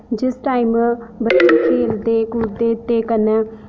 जिस टाईम बिच खेढदे कूददे ते कन्नै